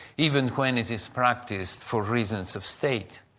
even when it is practiced for reasons of state.